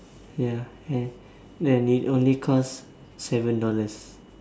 ya and and it only cost seven dollars